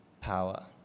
power